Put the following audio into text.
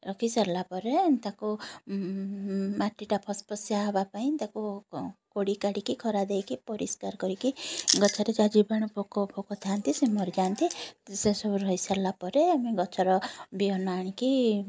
ରଖିସାରିଲା ପରେ ତାକୁ ମାଟିଟା ଫସଫସିଆ ହେବାପାଇଁ ତାକୁ କୋଡ଼ି କାଡ଼ିକି ଖରା ଦେଇକି ପରିଷ୍କାର କରିକି ଗଛରେ ଯାହା ଜୀବାଣୁ ପୋକ ଫୋକ ଥାଆନ୍ତି ସେ ମରିଯାନ୍ତି ସେସବୁ ରହିସାରିଲା ପରେ ଆମେ ଗଛର ବିହନ ଆଣିକି